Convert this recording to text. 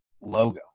logo